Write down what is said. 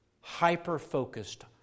hyper-focused